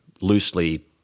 loosely